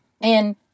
And-